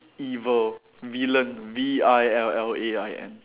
evil villain V I L L A I N